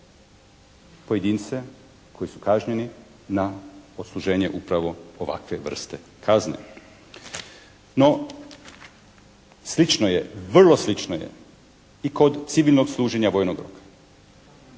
pojedince koji su kažnjeni na odsluženje upravo ovakve vrste kazne. No slično je, vrlo slično je i kod civilnog služenja vojnog roka,